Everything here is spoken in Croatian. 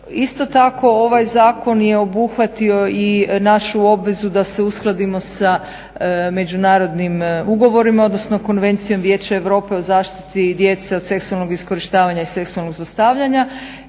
Isto tako, ovaj zakon je obuhvatio i našu obvezu da se uskladimo sa međunarodnim ugovorima, odnosno Konvencijom Vijeća Europe o zaštiti djece od seksualnog iskorištavanja i seksualnog zlostavljanja